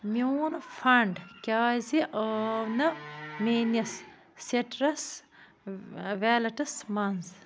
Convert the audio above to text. میٛون فنٛڈ کیٛازِ آو نہٕ میٛٲنِس سِٹرس ٲں ویٛلٹَس منٛز